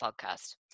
podcast